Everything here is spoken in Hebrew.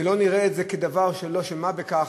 ולא נראה את זה כדבר של מה בכך,